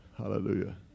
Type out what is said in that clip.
Hallelujah